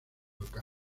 local